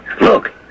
Look